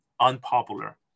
unpopular